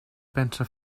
pensa